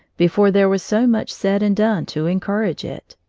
before there was so much said and done to encourage it.